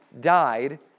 died